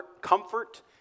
comfort